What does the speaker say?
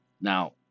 Now